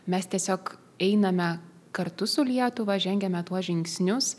mes tiesiog einame kartu su lietuva žengiame tuos žingsnius